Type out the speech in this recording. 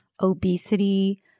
obesity